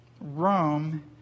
Rome